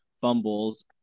fumbles